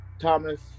Thomas